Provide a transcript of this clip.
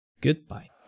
goodbye